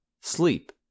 sleep